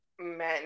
men